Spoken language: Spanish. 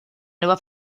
nueva